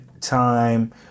time